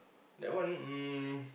that one um